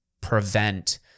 prevent